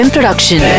Production